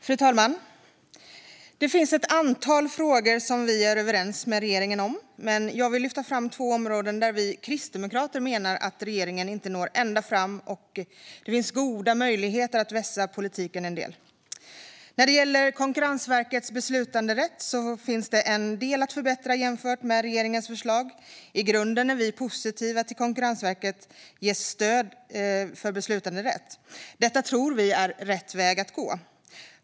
Fru talman! Det finns ett antal frågor vi är överens med regeringen om, men jag vill lyfta fram två områden där vi kristdemokrater menar att regeringen inte når ända fram och där det finns goda möjligheter att vässa politiken en del. När det gäller Konkurrensverkets beslutanderätt finns det en del att förbättra jämfört med regeringens förslag. I grunden är vi positiva till att Konkurrensverket ges utökad beslutanderätt; det tror vi är rätt väg att gå.